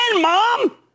Mom